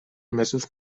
mesos